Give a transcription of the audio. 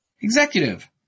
Executive